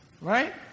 Right